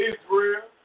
Israel